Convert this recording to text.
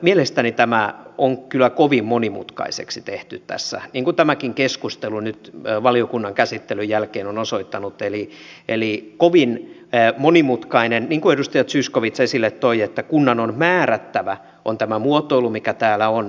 mielestäni tämä on kyllä kovin monimutkaisesti tehty tässä niin kuin tämäkin keskustelu nyt valiokunnan käsittelyn jälkeen on osoittanut eli kovin monimutkainen niin kuin edustaja zyskowicz esille toi kunnan on määrättävä on tämä muotoilu mikä täällä on